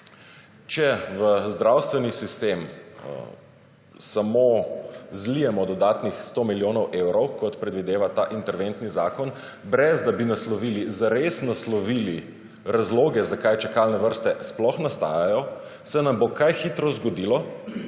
Če v zdravstveni sistem samo zlijemo dodatnih 100 milijonov evrov kot predvideva ta interventni zakon, brez da bi naslovili, zares naslovili razloge, zakaj čakalne vrste sploh nastajajo, se nam bo kaj hitro zgodilo,